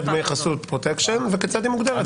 דמי חסות/פרוטקשן וכיצד היא מוגדרת?